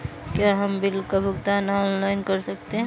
क्या हम बिल का भुगतान ऑनलाइन कर सकते हैं?